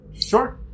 sure